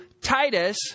Titus